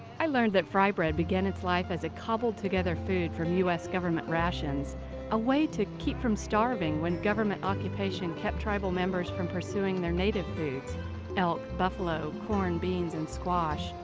i learned that fry bread began its life as a cobbled-together food from u s government rations a way to keep from starving when government occupation kept tribal members from pursing their native foods elk, buffalo, corn, beans and squash.